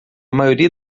maioria